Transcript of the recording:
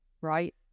right